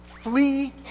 Flee